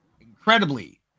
incredibly